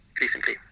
recently